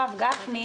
הרב גפני,